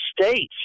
states